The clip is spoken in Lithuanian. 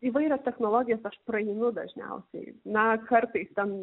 įvairias technologijas aš praeinu dažniausiai na kartais ten